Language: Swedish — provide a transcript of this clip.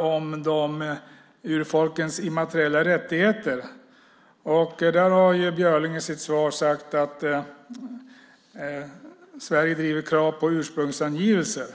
om urfolkens immateriella rättigheter. Där har Björling i sitt svar sagt att Sverige driver krav på ursprungsangivelser.